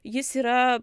jis yra